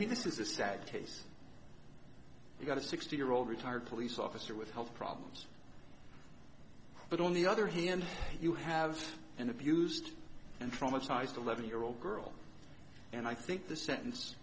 mean this is a sad case you've got a sixty year old retired police officer with health problems but on the other hand you have an abused and traumatized eleven year old girl and i think this sentence